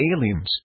aliens